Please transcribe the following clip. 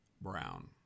brown